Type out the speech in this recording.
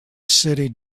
city